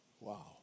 wow